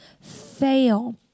fail